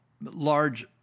large